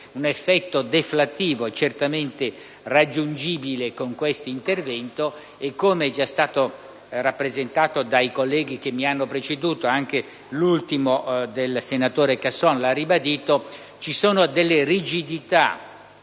un effetto deflattivo certamente raggiungibile con questo intervento. Come è già stato rappresentato dai colleghi che mi hanno preceduto, e ribadito in ultimo dal senatore Casson, esistono delle rigidità